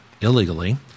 illegally